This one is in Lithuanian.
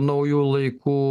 naujų laikų